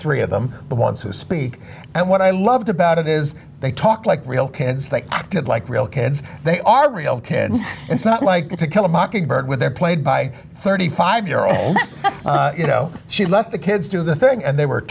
three of them the ones who speak and what i loved about it is they talk like real kids they acted like real kids they are real kids it's not like to kill a mockingbird with them played by thirty five year old you know she let the kids do their thing and they were